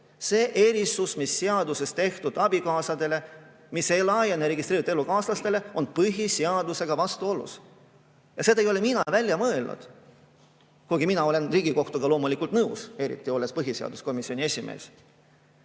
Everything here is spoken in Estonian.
see erisus, mis on seaduses tehtud abikaasadele ega laiene registreeritud elukaaslastele, on põhiseadusega vastuolus. Ja seda ei ole mina välja mõelnud. Aga ma olen Riigikohtuga loomulikult nõus, eriti olles põhiseaduskomisjoni esimees.